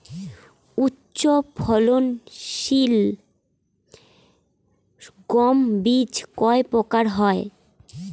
উচ্চ ফলন সিল গম বীজ কয় প্রকার হয়?